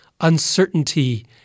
uncertainty